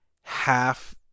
half